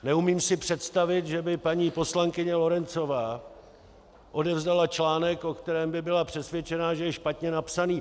Neumím si představit, že by paní poslankyně Lorencová odevzdala článek, o kterém by byla přesvědčená, že je špatně napsaný.